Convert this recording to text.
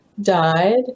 died